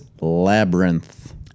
Labyrinth